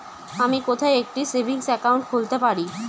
আমি কোথায় একটি সেভিংস অ্যাকাউন্ট খুলতে পারি?